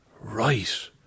Right